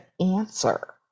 answer